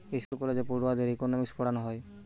school কলেজে পড়ুয়াদের economics পোড়ানা হয়